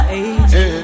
age